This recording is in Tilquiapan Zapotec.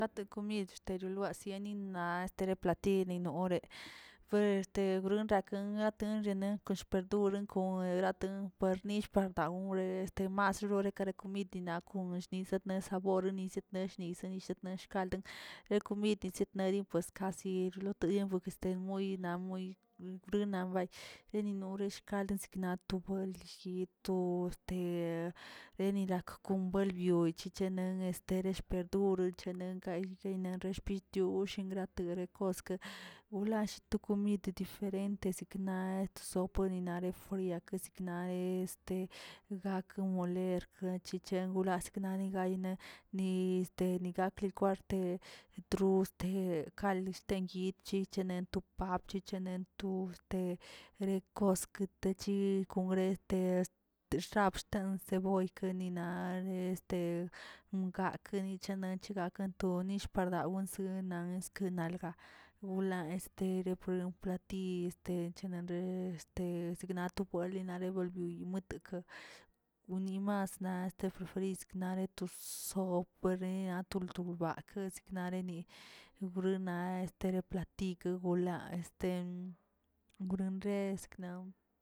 Te komid shteriolo sieni na estero platiy more este ronraken raten nine koshpetun raken nillꞌ par daawn este marore na komidi na kon yiset nasaboren setnill senen setni kalden de komide setneri pues kasi rotloden este na muy na muy bru naway ninora shkldin naꞌ to buelill yi tu este nali lo ko- kombuenlio bui chicheneng teresh perdur nen guey guenley xítiush kangrate rekoskə, wlallii to komid diferente sikna to sopə ninare fría sokna este gaken moler naꞌ chichen gakzna ni gayne ni este ni gaken kwarte dru este kalin shteyi chichen tuxpav, chichenen tu rekoskete chii kongrete este te xab estens boyk nina de este mgakeni chanchina gaka da gon shnillꞌ par dawii gunalga skinalga, wlan este platiy techinanre te signato buelinnaꞌ bolbiy mutica munimas na este friz nare to rsop nale wotu bak siknare ni bruina este nare pllatiyke wla este grongre